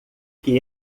que